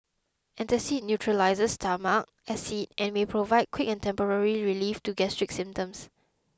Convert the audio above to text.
antacid neutralises stomach acid and may provide quick and temporary relief to gastric symptoms